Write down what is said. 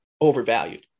overvalued